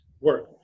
work